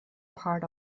part